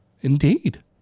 Indeed